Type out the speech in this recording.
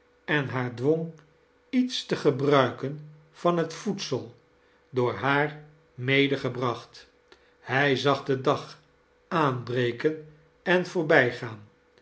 en haar dwong iets te gebruiken van het voedsel door haar medegebracht hij zag den dag aanbreken en voorbijgaan